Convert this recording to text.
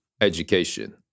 education